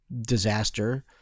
disaster